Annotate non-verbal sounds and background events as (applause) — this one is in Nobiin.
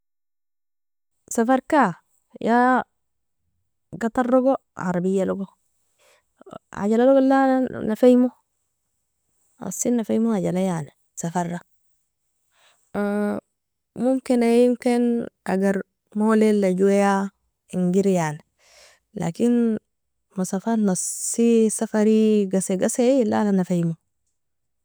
Safarka ya gatarogo arabialogo, ajalalog la la nefimo, asi nefimo ajala yani safara, (hesitation) momkina ien ken agar molila joya inger yani lakin, مسافات nasi safari gasi gasi la la nefimo.